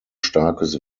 starkes